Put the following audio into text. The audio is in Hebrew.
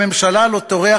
אני אומר לכם